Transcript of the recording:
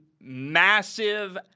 massive